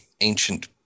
ancient